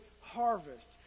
harvest